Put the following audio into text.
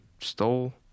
stole